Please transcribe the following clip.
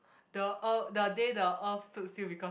the uh the day the earth stood still because of